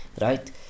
Right